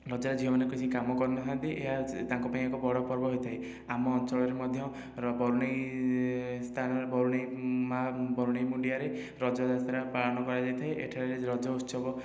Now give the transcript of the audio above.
ରଜରେ ଝିଅମାନେ କିଛି କାମ କରିନଥା'ନ୍ତି ଏହା ତାଙ୍କ ପାଇଁ ଏକ ବଡ଼ ପର୍ବ ହୋଇଥାଏ ଆମ ଅଞ୍ଚଳରେ ମଧ୍ୟର ବରୁଣେଇ ସ୍ଥାନ ବରୁଣେଇ ମା' ବରୁଣେଇ ମୁଣ୍ଡିଆରେ ରଜ ଯାତ୍ରା ପାଳନ କରାଯାଇଥାଏ ଏଠାରେ ରଜ ଉତ୍ସବ